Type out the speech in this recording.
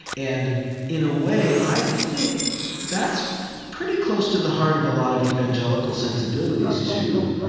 and in a way, i think that's pretty close to the heart of a lot of evangelical sensibilities, too.